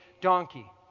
donkey